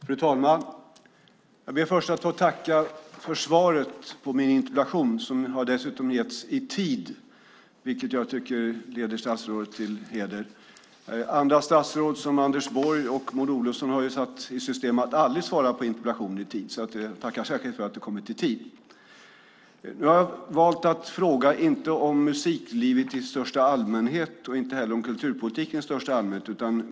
Fru talman! Jag ber först att få tacka för svaret på min interpellation, som dessutom har getts i tid vilket jag tycker länder statsrådet till heder. Andra statsråd, som Anders Borg och Maud Olofsson, har satt i system att aldrig svara på interpellationer i tid, så jag tackar särskilt för detta. Jag har valt att fråga inte om musiklivet i största allmänhet och inte heller om kulturpolitiken i största allmänhet.